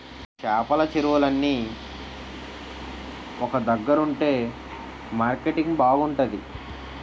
చేపల చెరువులన్నీ ఒక దగ్గరుంతె మార్కెటింగ్ బాగుంతాది